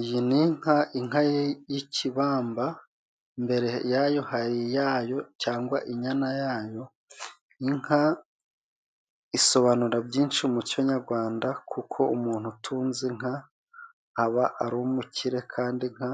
Iyi ni inka. Inka y'ikibamba, imbere yayo hari iyayo cyangwa inyana yayo. Inka isobanura byinshi muco nyarwanda kuko umuntu utunze inka aba ari umukire. Kandi inka